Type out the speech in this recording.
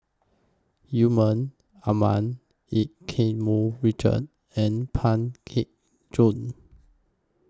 Yusman Aman EU Keng Mun Richard and Pang Teck Joon